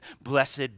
Blessed